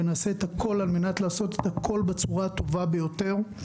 ונעשה את הכול על מנת לעשות הכול בצורה הטובה ביותר.